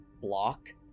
block